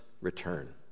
return